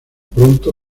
pronto